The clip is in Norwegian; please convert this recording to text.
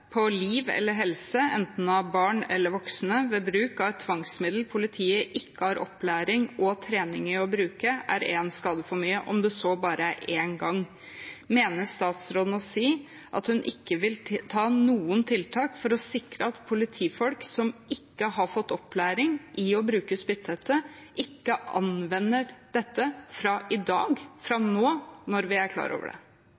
på liv eller helse, enten av barn eller voksne, ved bruk av et tvangsmiddel politiet ikke har opplæring og trening i å bruke, er en skade for mye – om det så bare er én gang. Mener statsråden å si at hun ikke vil ha noen tiltak for å sikre at politifolk som ikke har fått opplæring i å bruke spytthette, ikke anvender dette – fra i dag, fra nå, når vi er klar over det?